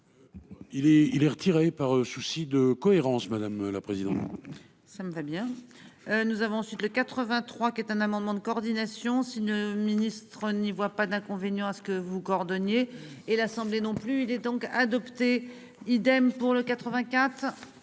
il est retiré par souci de cohérence. Madame la présidente.